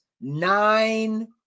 nine